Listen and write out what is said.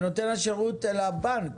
של נותן השירות אל הבנק.